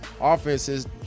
offenses